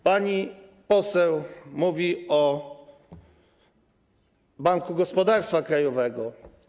Pani poseł mówi o Banku Gospodarstwa Krajowego.